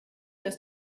dass